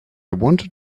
wanted